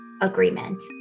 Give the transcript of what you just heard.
agreement